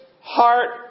heart